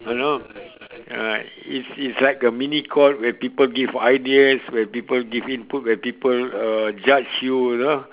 you know alright it's it's like a mini court where people give ideas where people give input where people uh judge you you know